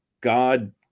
God